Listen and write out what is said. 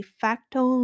facto